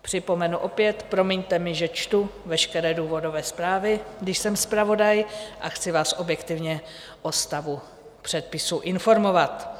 Připomenu opět, promiňte mi, že čtu veškeré důvodové zprávy, když jsem zpravodaj a chci vás objektivně o stavu předpisu informovat.